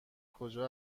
کجا